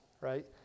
right